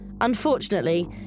Unfortunately